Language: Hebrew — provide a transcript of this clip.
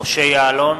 משה יעלון,